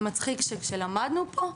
ומצחיק כי כשלמדנו פה,